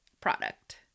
product